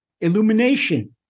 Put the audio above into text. illumination